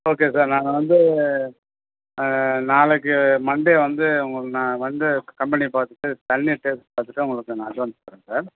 okay sir நாங்கள் வந்து நாளைக்கு மண்டே வந்து உங்களுக்கு நான் வந்து கம்பெனியை பார்த்துட்டு தண்ணியை டேஸ்ட் பார்த்துட்டு உங்களுக்கு நான் அட்வான்ஸ் தரேன் சார்